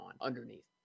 underneath